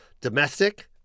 domestic